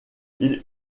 ils